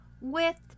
With